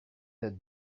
that